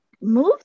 move